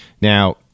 Now